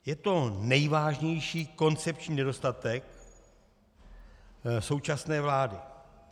Je to nejvážnější koncepční nedostatek současné vlády.